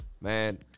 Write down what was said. Man